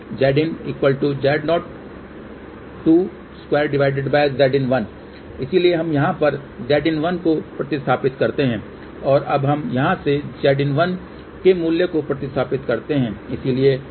Zin Z022 Zin1 इसलिए हम यहाँ पर Zin1 को प्रतिस्थापित करते हैं और अब हम यहाँ से Zin1 के मूल्य को प्रतिस्थापित करते हैं